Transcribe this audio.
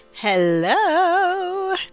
Hello